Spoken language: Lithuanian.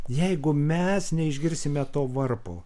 jeigu mes neišgirsime to varpo